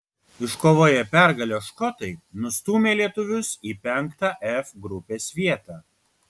iškovoję pergalę škotai nustūmė lietuvius į penktą f grupės vietą